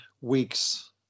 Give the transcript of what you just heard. weeks